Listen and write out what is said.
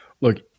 Look